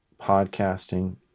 podcasting